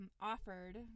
offered